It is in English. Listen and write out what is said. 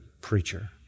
preacher